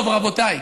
טוב, רבותיי,